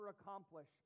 accomplish